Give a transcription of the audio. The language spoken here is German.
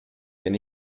wenn